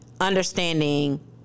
understanding